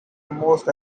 most